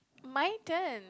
my turn